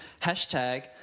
Hashtag